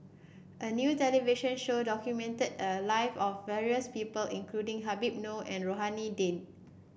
a new television show documented the life of various people including Habib Noh and Rohani Din